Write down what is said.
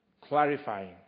clarifying